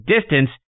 DISTANCE